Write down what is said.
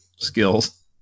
skills